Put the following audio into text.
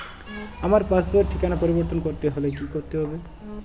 আমার পাসবই র ঠিকানা পরিবর্তন করতে হলে কী করতে হবে?